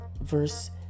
Verse